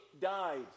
died